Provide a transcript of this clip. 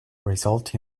result